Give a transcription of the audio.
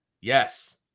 Yes